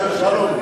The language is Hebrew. שהתקציב יהיה לשנה,